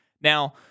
Now